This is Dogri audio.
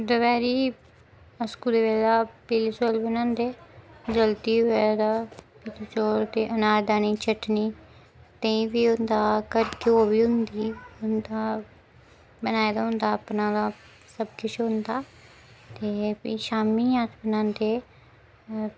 दपैह्री अस स्कूलै दा पीले चौल बनांदे जल्दी होऐ तां पीले चौल ते अनारदाने दी चटनी दहीं बी होंदा कदें घ्यौ बी होंदी होंदा बनाए दा होंदा अपना सब किश होंदा ते फ्ही शाम्मी अस बनांदे